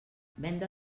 venda